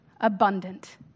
abundant